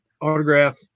autograph